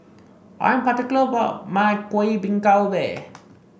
I am particular about my Kuih Bingka Ubi